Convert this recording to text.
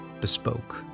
bespoke